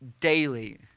daily